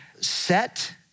set